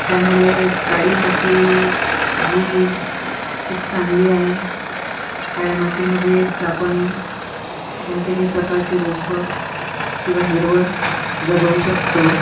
त्यामुळे काळी माती ही खूप चांगली आहे काळ्या मातीमध्येच आपण कोणतेही प्रकारची रोपं किंवा हिरवळ जगवू शकतो